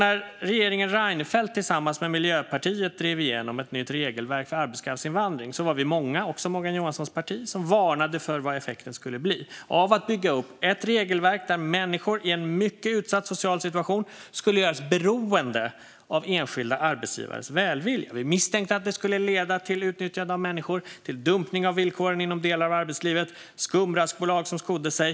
När regeringen Reinfeldt tillsammans med Miljöpartiet drev igenom ett nytt regelverk för arbetskraftsinvandring var vi många, även Morgan Johanssons parti, som varnade för vilken effekt det skulle få om man bygger upp ett regelverk där människor i en mycket utsatt social situation skulle göras beroende av enskilda arbetsgivares välvilja. Vi misstänkte att det skulle leda till utnyttjande av människor, dumpning av villkoren inom delar av arbetslivet och skumraskbolag som skor sig.